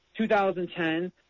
2010